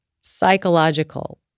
psychological